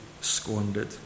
squandered